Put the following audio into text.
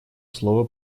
слово